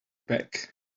pack